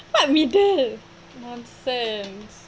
what middle nonsense